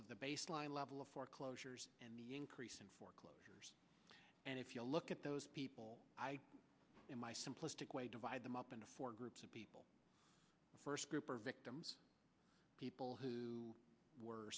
of the baseline level of foreclosures and the increase in foreclosures and if you look at those people i in my simplistic way divide them up into four groups of people first group are victims people who were